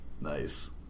Nice